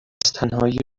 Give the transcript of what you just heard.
تنهایی